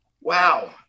Wow